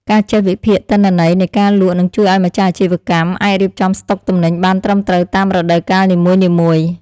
ការចេះវិភាគទិន្នន័យនៃការលក់នឹងជួយឱ្យម្ចាស់អាជីវកម្មអាចរៀបចំស្តុកទំនិញបានត្រឹមត្រូវតាមរដូវកាលនីមួយៗ។